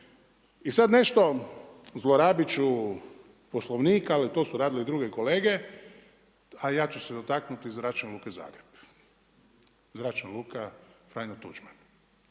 I sada nešto zlorabit ću Poslovnik ali to su radile i druge kolege, a ja ću se dotaknuti Zračne luke Zagreb, Zračna luka Franjo Tuđman.